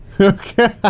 Okay